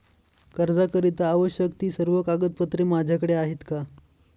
कर्जाकरीता आवश्यक ति सर्व कागदपत्रे माझ्याकडे आहेत का?